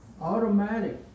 Automatic